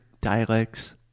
dialects